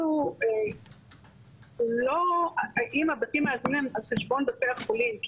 הוא לא האם הבתים מאזנים הם על חשבון בתי החולים?